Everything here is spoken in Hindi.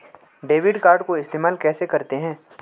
डेबिट कार्ड को इस्तेमाल कैसे करते हैं?